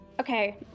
Okay